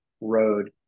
road